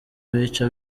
abica